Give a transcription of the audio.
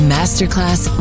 Masterclass